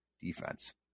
defense